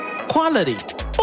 quality